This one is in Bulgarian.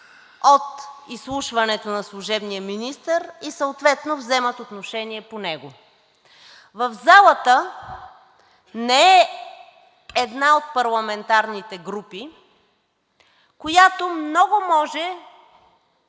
от изслушването на служебния министър и съответно вземат отношение по него. В залата не е една от парламентарните групи, която много може